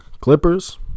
Clippers